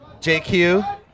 JQ